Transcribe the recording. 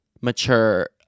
mature